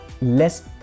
less